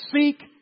Seek